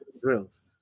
drills